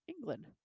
England